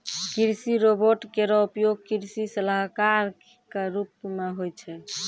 कृषि रोबोट केरो उपयोग कृषि सलाहकार क रूप मे होय छै